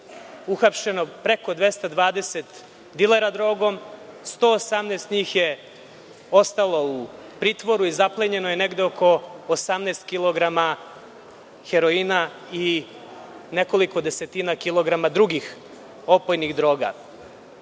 uhapšeno preko 220 dilera drogom, 118 njih je ostalo u pritvoru i zaplenjeno je negde oko 18 kilograma heroina i nekoliko desetina kilograma drugih opojnih